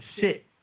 sit